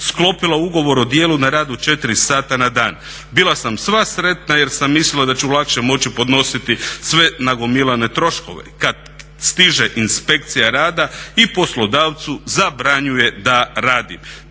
sklopila ugovor o djelu na rad od 4 sata na dan. Bila sam sva sretna jer sam mislila da ću lakše moći podnositi sve nagomilane troškove kada stiže inspekcija rada i poslodavcu zabranjuje da radim.